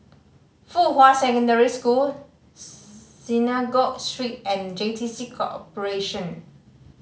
Fuhua Secondary School Synagogue Street and J T C Corporation